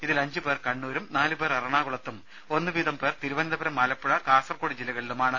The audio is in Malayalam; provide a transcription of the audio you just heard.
ഇതിൽ അഞ്ചുപേർ കണ്ണൂരും നാലുപേർ എറണാകുളത്തും ഒന്നുവീതം പേർ തിരുവനന്തപുരം ആലപ്പുഴ കാസർകോട് ജില്ലകളിലുമാണ്